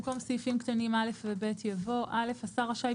במקום סעיפים קטנים (א) ו-(ב) יבוא: "(א) השר רשאי,